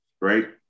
Right